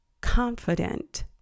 confident